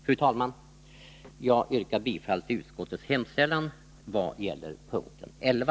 Fru talman! Jag yrkar bifall till utskottets hemställan vad gäller punkt 11.